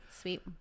Sweet